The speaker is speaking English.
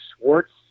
Schwartz